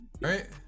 Right